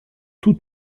tout